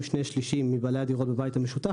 שני שלישים מבעלי הדירות בבית המשותף,